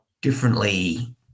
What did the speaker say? differently